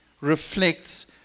reflects